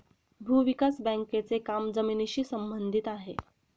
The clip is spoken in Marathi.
भूविकास बँकेचे काम जमिनीशी संबंधित आहे